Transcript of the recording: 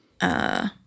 uh-